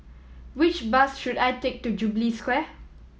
which bus should I take to Jubilee Square